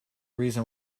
reason